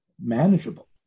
manageable